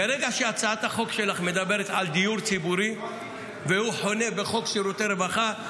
ברגע שהצעת החוק שלך מדברת על דיור ציבורי והוא חונה בחוק שירותי רווחה,